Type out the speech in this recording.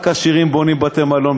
רק עשירים בונים בתי-מלון,